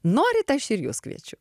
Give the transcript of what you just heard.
norit aš ir jus kviečiu